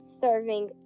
serving